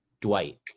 Dwight